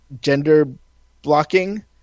gender-blocking